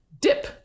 dip